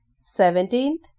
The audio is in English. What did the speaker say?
seventeenth